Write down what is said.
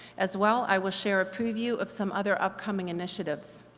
as well i will share a preview of some other upcoming initiatives.